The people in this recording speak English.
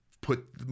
put